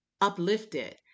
uplifted